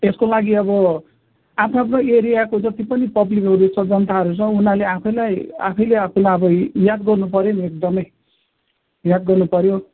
यसको लागि अब आफ्नो आफ्नो एरियाको जति पनि पबलिकहरू छ जनताहरू छ उनीहरूले आफैलाई आफैले आफूलाई अब याद गर्नु पर्यो नि एकदमै याद गर्नु पर्यो